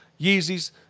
Yeezy's